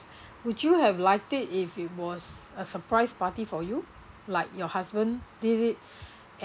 would you have liked it if it was a surprise party for you like your husband did it